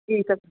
ਠੀਕ ਆ ਸਰ